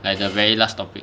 like the very last topic